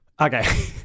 Okay